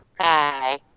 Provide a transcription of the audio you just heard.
Hi